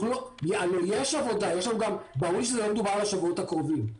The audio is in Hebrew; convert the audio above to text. הלא יש עבודה, ברור שלא מדובר על השבועות הקרובים.